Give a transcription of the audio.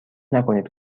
نکنید